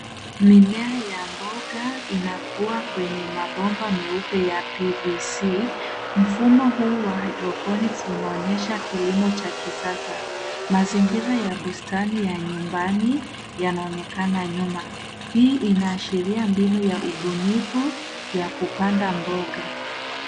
Mimea ya mboga inakua kwenye mabomba meupe ya PVC. Mfumo huu wa hydroponics unaonyesha kilimo cha kisasa. Mazingira ya bustani ya nyumbani yanaonekana nyuma. Hii inaashiria mbinu ya ubunifu ya kupanda mboga.